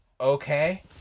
okay